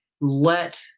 let